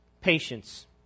patience